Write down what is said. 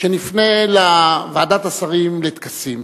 שנפנה לוועדת השרים לטקסים